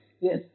Yes